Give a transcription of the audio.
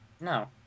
No